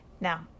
Now